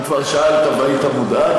אם כבר שאלת והיית מודאג.